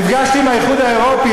נפגשתי עם האיחוד האירופי,